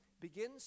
begins